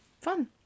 fun